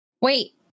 Wait